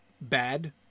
bad